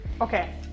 Okay